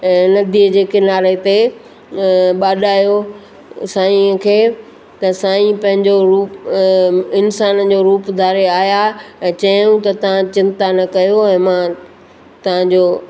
नदीअ जे किनारे ते बाॾायो साईंअ खे त साईं पंहिंजो रूप इंसान जो रूप धारे आहियां ऐं चयूं त तां चिंता न कयो ऐं मां तव्हांजो